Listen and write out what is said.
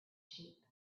sheep